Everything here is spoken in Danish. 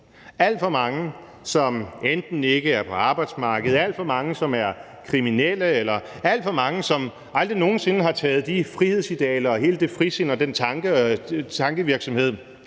alt for mange, som ikke er på arbejdsmarkedet, der er alt for mange, som er kriminelle, og alt for mange, som aldrig nogen sinde har taget de frihedsidealer og hele det frisind og den tankevirksomhed,